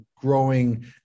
growing